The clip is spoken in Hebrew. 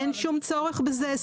אין שום צורך בזה.